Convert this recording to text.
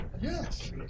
Yes